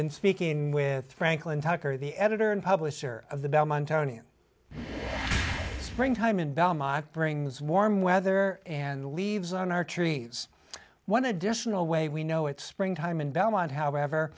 been speaking with franklin tucker the editor and publisher of the belmont county springtime in belmont brings warm weather and the leaves on archery is one additional way we know it's spring time in belmont however